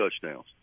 touchdowns